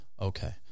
Okay